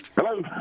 Hello